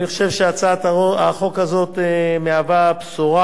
אני חושב שהצעת החוק הזאת מהווה בשורה